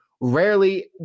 Rarely